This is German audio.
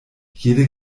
jede